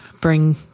Bring